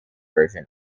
version